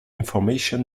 information